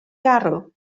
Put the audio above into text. garw